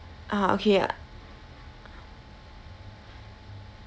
ah okay